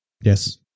Yes